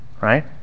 Right